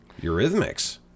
Eurythmics